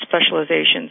specializations